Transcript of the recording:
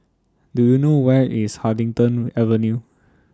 Do YOU know Where IS Huddington Avenue